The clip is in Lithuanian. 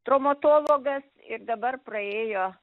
traumatologas ir dabar praėjo